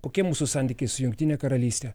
kokie mūsų santykiai su jungtine karalyste